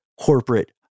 corporate